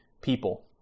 people